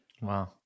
Wow